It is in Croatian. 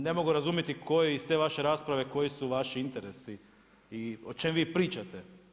Ne mogu razumjeti koji iz te vaše rasprave, koji su vaši interesi i o čem vi pričate?